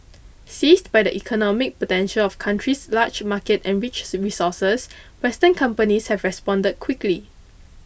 seized by the economic potential of country's large market and rich resources western companies have responded quickly